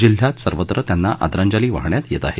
जिल्ह्यात सर्वत्र त्यांना आदरांजली वाहण्यात येत आहे